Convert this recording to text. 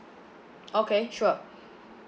okay sure